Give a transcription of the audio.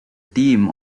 team